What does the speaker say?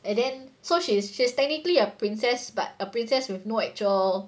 and then so she's she's technically a princess but a princess with no actual